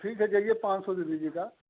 ठीक है जाइए पाँच सौ दे दीजिएगा